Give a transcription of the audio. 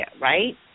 right